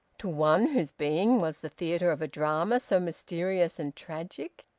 to one whose being was the theatre of a drama so mysterious and tragic.